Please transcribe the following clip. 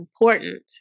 important